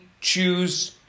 choose